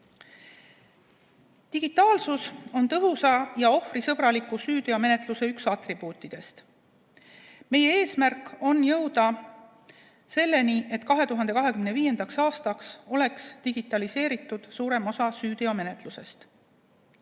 Digitaalsus on üks tõhusa ja ohvrisõbraliku süüteomenetluse atribuutidest. Meie eesmärk on jõuda selleni, et 2025. aastaks oleks digitaliseeritud suurem osa süüteomenetlusest.